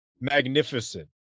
magnificent